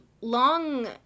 long